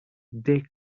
they